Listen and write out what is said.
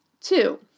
Two